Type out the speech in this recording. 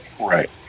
right